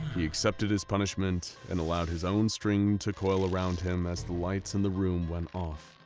he accepted his punishment and allowed his own string to coil around him as the lights in the room went off,